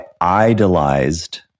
idolized